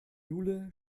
jule